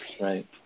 right